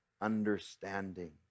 understanding